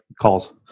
calls